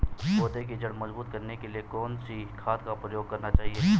पौधें की जड़ मजबूत करने के लिए कौन सी खाद का प्रयोग करना चाहिए?